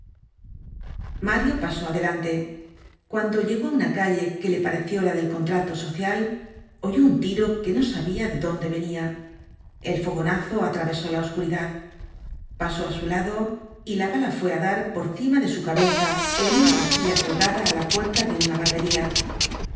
mario pasó adelante cuando llegó á una calle que le pareció la del contrato social oyó un tiro que no sabia de dónde venia el fogonazo atravesó la oscuridad pasó á su lado y la bala fué á dar por cima de su cabeza en una bacía colgada á la puerta de una barbería